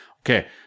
okay